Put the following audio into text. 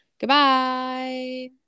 Goodbye